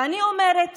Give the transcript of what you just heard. ואני אומרת